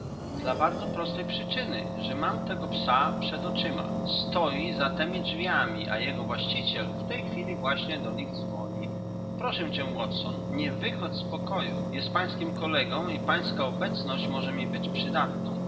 dla bardzo prostej przyczyny że mam tego psa przed oczyma stoi za temi drzwiami a jego właściciel w tej chwili właśnie do nich dzwoni proszę cię watson nie wychodź z pokoju jest pańskim kolegą i pańska obecność może mi być przydatną